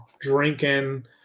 drinking